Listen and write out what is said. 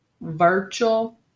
virtual